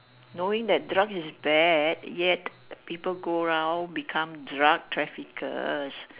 knowing that drugs is bad yet people go round become drug traffickers